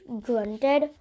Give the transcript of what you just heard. grunted